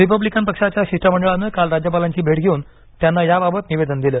Republican पक्षाच्या शिष्टमंडळानं काल राज्यपालांची भेट घेऊन त्यांना याबाबत निवेदन दिलं